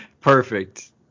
perfect